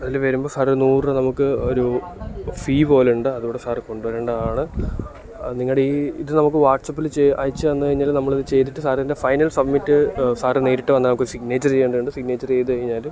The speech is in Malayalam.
അതിൽ വരുമ്പോൾ സാറ് നൂറ് രൂപ നമുക്ക് ഒരൂ ഫീ പോലെയുണ്ട് അതുകൂടി സാറ് കൊണ്ടുവരേണ്ടതാണ് നിങ്ങളുടെ ഈ ഇത് നമുക്ക് വാട്സപ്പിൽ അയച്ചുതന്നുകഴിഞ്ഞാൽ നമ്മളിത് ചെയ്തിട്ട് സാറിൻ്റെ ഫൈനൽ സബ്മിറ്റ് സാറ് നേരിട്ട് വന്നാൽ നമുക്ക് സിഗ്നേച്ചറ് ചെയ്യേണ്ടതുണ്ട് സിഗ്നേച്ചറ് ചെയ്തുകഴിഞ്ഞാൽ